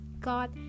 God